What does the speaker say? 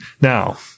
Now